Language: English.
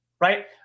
right